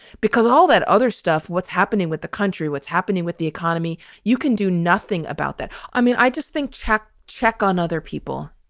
because all that other stuff, what's happening with the country? what's happening with the economy? you can do nothing about that. i mean, i just think. check. check on other people.